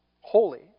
holy